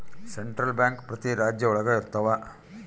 central bank ಪ್ರತಿ ರಾಜ್ಯ ಒಳಗ ಇರ್ತವ